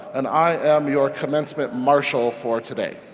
and i am your commencement marshal for today.